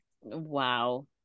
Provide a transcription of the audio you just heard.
Wow